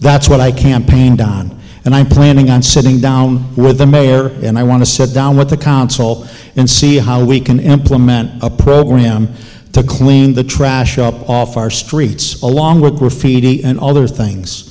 that's what i campaigned on and i'm planning on sitting down with the mayor and i want to sit down with the council and see how we can implement a program to clean the trash up off our streets along with graffiti and other things